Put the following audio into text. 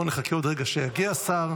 בואי נחכה עוד רגע שיגיע שר.